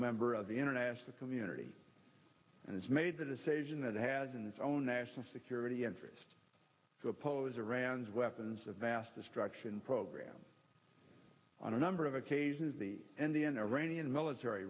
member of the international community and has made the decision that has in its own national security interest to oppose iran's weapons of mass destruction program on a number of occasions the end in iranian military